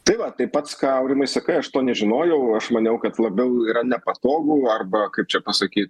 tai va tai pats ką aurimai sakai aš to nežinojau aš maniau kad labiau yra nepatogu arba kaip čia pasakyt